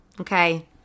okay